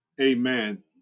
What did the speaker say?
amen